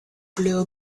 blue